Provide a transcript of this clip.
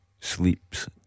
sleeps